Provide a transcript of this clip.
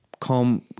Come